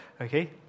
Okay